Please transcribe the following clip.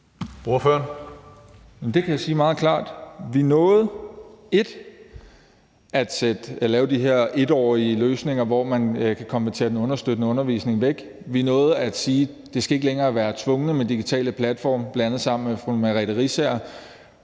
Det kan jeg sige meget klart: Vi nåede først og fremmest at lave de her 1-årige løsninger, hvor man kan konvertere den understøttende undervisning væk, vi nåede at sige, at det ikke længere skal være tvungent med digitale platforme, bl.a. sammen med fru Merete Riisager,